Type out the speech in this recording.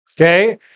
Okay